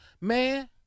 man